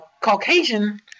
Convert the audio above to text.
Caucasian